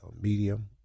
Medium